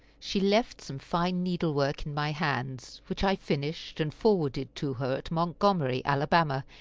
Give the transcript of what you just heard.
she left some fine needle-work in my hands, which i finished, and forwarded to her at montgomery, alabama,